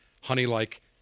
honey-like